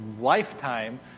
lifetime